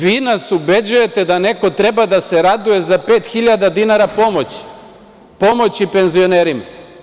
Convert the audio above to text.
Vi nas ubeđujete da neko treba da se raduje za 5.000 dinara pomoći penzionerima.